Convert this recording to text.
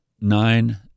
nine